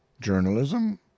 Journalism